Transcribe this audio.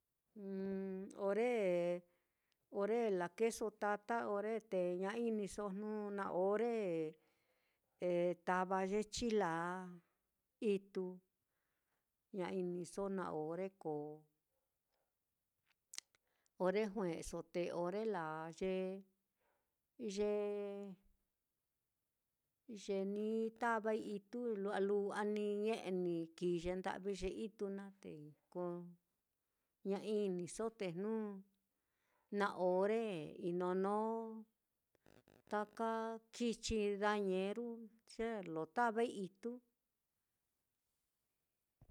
ore ore lakeeso tata, ore te ña iniso, jnu na ore eh tava ye chilaa itú, ña iniso na ore ko, ore jue'eso te ore laa ye ye ye ni tavai itú lu'wa lu'wa ni ñe'e ni kii ye nda'vi itú naá, te ko ña iniso te jnu na ore inonó taka kichi dañeru ye lo tavai itú